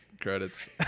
credits